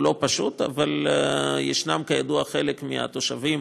הוא לא פשוט, אבל יש, כידוע, חלק מהתושבים